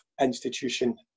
institution